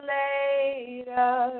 later